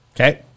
Okay